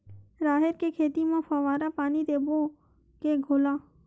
राहेर के खेती म फवारा पानी देबो के घोला?